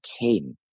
came